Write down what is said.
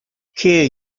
key